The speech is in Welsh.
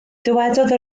dywedodd